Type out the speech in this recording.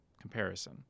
comparison